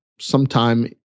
sometime